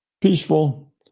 peaceful